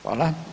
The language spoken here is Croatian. Hvala.